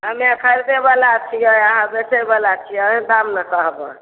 हमे खरिदै बला छियै अहाँ बेचैबला छियै अहीँ दाम ने कहबै